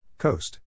Coast